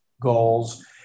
goals